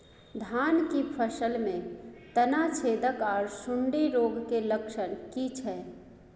धान की फसल में तना छेदक आर सुंडी रोग के लक्षण की छै?